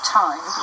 time